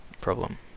problem